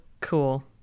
cool